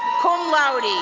cum laude,